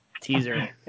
teaser